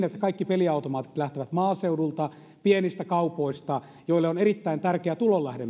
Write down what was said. että kaikki peliautomaatit lähtevät maaseudulta pienistä kaupoista joille veikkauksen automaatit ovat erittäin tärkeä tulonlähde